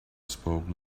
spoken